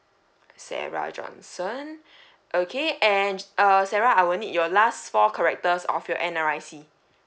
sarah johnson okay and err sarah I will need your last four characters of your N_R_I_C